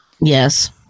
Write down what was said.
Yes